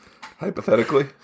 Hypothetically